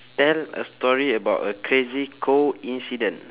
tell a story about a crazy coincidence